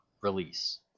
release